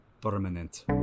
permanent